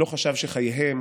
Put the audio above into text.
לא חשב שחייהם,